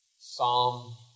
Psalm